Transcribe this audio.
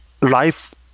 Life